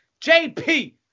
JP